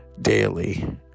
daily